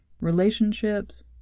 relationships